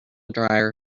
dryer